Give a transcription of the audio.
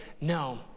no